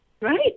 Right